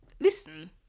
listen